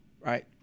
right